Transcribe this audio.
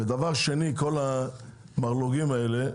דבר שני, כל המרלו"גים האלה,